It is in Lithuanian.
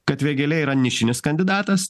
kad vėgėlė yra nišinis kandidatas